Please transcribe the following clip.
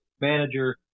manager